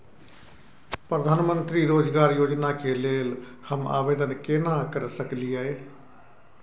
प्रधानमंत्री रोजगार योजना के लेल हम आवेदन केना कर सकलियै?